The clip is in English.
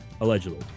allegedly